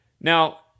Now